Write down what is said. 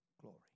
glory